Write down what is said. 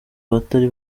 abatari